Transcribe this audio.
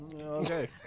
Okay